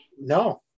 No